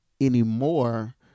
anymore